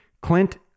Clint